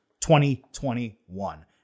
2021